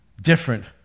different